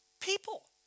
people